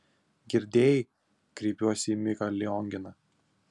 girdėjai kreipiuosi į miką lionginą